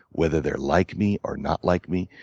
whether they're like me or not like me,